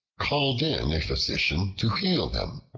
called in a physician to heal them,